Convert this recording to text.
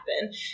happen